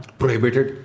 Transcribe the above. prohibited